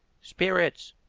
spirits.